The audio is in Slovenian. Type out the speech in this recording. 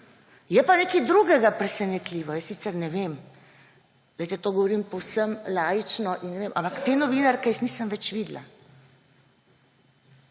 Je pa nekaj drugega presenetljivo, jaz sicer ne vem. Glejte, to govorim povsem laično in ne vem, ampak te novinarke nisem več videla.